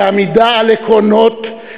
לעמידה על עקרונות,